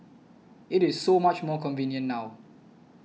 it is so much more convenient now